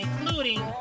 including